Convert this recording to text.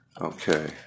Okay